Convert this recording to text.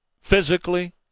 physically